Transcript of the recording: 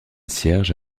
cierge